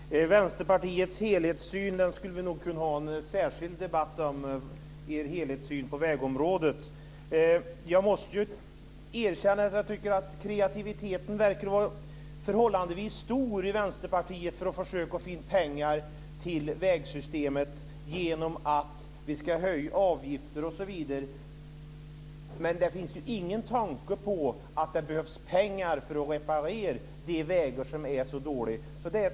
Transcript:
Fru talman! Vänsterpartiets helhetssyn på vägområdet skulle vi nog kunna ha en särskild debatt om. Jag måste erkänna att jag tycker att kreativiteten verkar vara förhållandevis stor i Vänsterpartiet när det gäller att försöka få in pengar till vägsystemet genom att vi ska höja avgifter osv. Men det finns ingen tanke på att det behövs pengar för att reparera de vägar som är så dåliga.